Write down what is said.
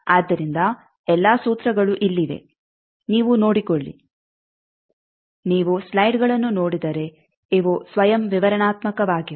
ಆದ್ದರಿಂದ ಎಲ್ಲಾ ಸೂತ್ರಗಳು ಇಲ್ಲಿವೆ ನೀವು ನೋಡಿಕೊಳ್ಳಿ ನೀವು ಸ್ಲೈಡ್ಗಳನ್ನು ನೋಡಿದರೆ ಇವು ಸ್ವಯಂ ವಿವರಣಾತ್ಮಕವಾಗಿವೆ